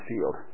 field